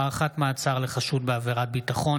(הארכת מעצר לחשוד בעבירת ביטחון),